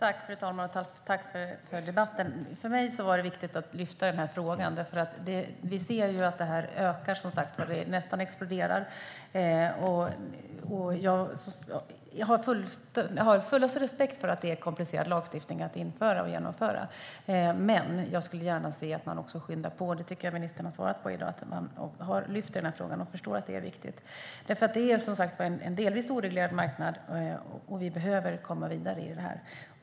Fru talman! Jag tackar för debatten. För mig var det viktigt att lyfta fram frågan, för vi ser ju som sagt att detta ökar. Det nästan exploderar. Jag har fullaste respekt för att det är en komplicerad lagstiftning att införa, men jag skulle gärna se att man skyndar på. Jag tycker att ministern har svarat när det gäller detta, nämligen att man har lyft fram frågan och förstår att den är viktig. Det är nämligen en delvis oreglerad marknad, som sagt, och vi behöver komma vidare i detta.